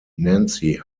nancy